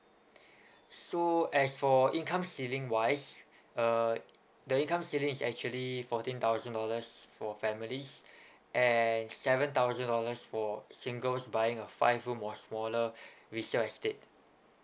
so as for income ceiling wise uh the income ceiling is actually fourteen thousand dollars for families and seven thousand dollars for single buying a five room or smaller resale estate